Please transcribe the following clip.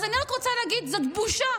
אז אני רק רוצה להגיד שזאת בושה,